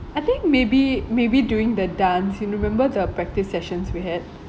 I think maybe maybe during the dance in remember the practice sessions we had